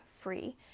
free